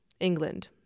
England